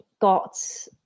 got